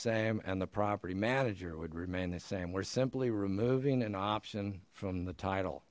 same and the property manager would remain the same we're simply removing an option from the title